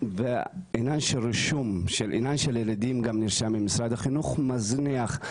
בעיניים של ילדים גם נרשמים במשרד החינוך מזניח,